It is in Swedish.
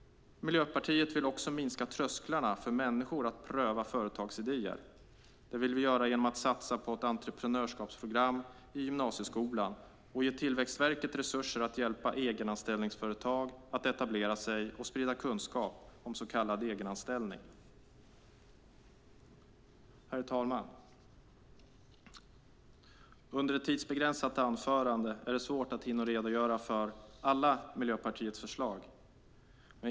Miljöpartiet vill också minska trösklarna för människor att pröva företagsidéer. Det vill vi göra genom att satsa på ett entreprenörskapsprogram i gymnasieskolan och ge Tillväxtverket resurser att hjälpa egenanställningsföretag att etablera sig och sprida kunskap om så kallad egenanställning. Herr talman! Under ett tidsbegränsat anförande är det svårt att hinna redogöra för alla Miljöpartiets förslag.